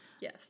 Yes